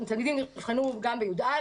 הרי התלמידים נבחנו גם ב-י"א,